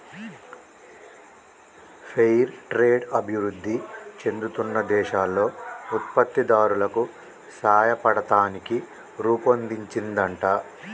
fair trade అభివృధి చెందుతున్న దేశాల్లో ఉత్పత్తి దారులకు సాయపడతానికి రుపొన్దించిందంట